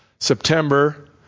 September